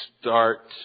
start